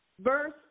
Verse